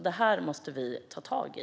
Detta måste vi ta tag i.